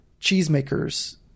cheesemakers